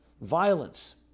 violence